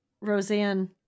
roseanne